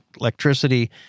electricity